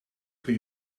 kan